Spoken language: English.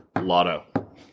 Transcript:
lotto